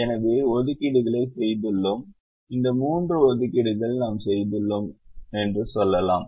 எனவே நாம் ஒதுக்கீடுகளைச் செய்துள்ளோம் இந்த மூன்று ஒதுக்கீடுகள் நாம் செய்துள்ளோம் என்று சொல்லலாம்